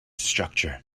structure